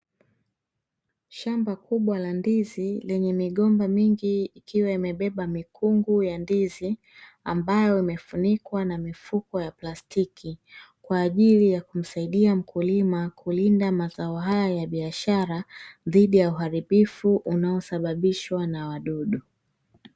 Shamba kubwa la ndizi lenye migomba mingi ikiwa imebeba mikungu ya ndizi, ambayo imefunikwa na mifuko ya plastiki kwaajili ya kumsaidia mkulima kulinda mazao haya ya biashara dhidi ya uharibifu unaosababishwa na wadudu.